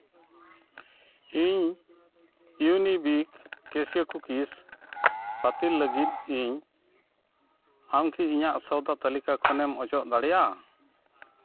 ᱤᱧ ᱤᱭᱩᱱᱤᱵᱤᱠ ᱠᱮᱥᱮ ᱠᱩᱠᱤᱥ ᱵᱟᱹᱛᱤᱞ ᱞᱟᱹᱜᱤᱫ ᱤᱧ ᱟᱢ ᱠᱤ ᱤᱧᱟᱹᱜ ᱥᱚᱣᱫᱟ ᱛᱟᱹᱞᱤᱠᱟ ᱠᱷᱚᱱᱮᱢ ᱚᱪᱚᱜ ᱫᱟᱲᱮᱭᱟᱜᱼᱟ